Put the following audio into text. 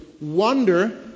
wonder